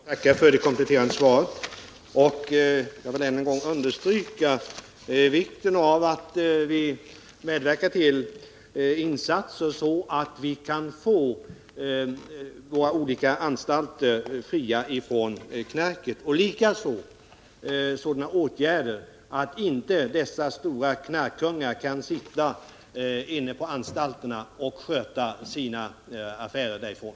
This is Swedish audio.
Herr talman! Jag ber att få tacka för det kompletterande svaret. Jag vill än en gång understryka vikten av att vi medverkar till insatser som leder till att vi kan få våra olika anstalter fria från knarket och till sådana åtgärder att stora knarkkungar inte kan sitta inne på anstalterna och sköta sina affärer därifrån.